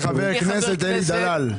זה חבר הכנסת אלי דלל.